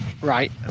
Right